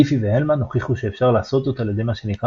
דיפי והלמן הוכיחו שאפשר לעשות זאת על ידי מה שנקרא